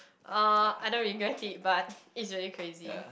uh I don't regret it but it's really crazy